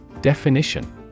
Definition